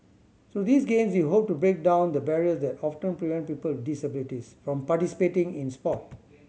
through these Games we hope to break down the barriers that often prevent people with disabilities from participating in sport